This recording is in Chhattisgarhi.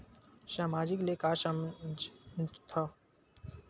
सामाजिक ले का समझ थाव?